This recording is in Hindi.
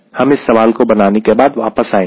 हम इस सवाल को बनाने के बाद वापस आएंगे